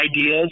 ideas